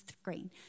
screen